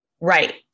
Right